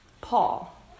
Paul